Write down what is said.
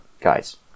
guys